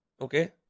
Okay